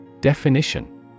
Definition